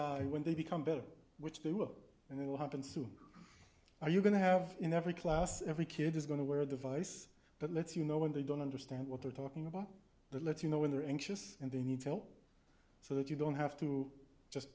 that when they become better which they were and they will happen soon are you going to have in every class every kid is going to wear the vise that lets you know when they don't understand what they're talking about the let you know when they're anxious and they need help so that you don't have to just